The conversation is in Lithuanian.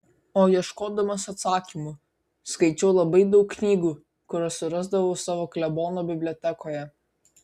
o ieškodamas atsakymų skaičiau labai daug knygų kurias surasdavau savo klebono bibliotekoje